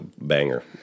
banger